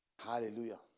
Hallelujah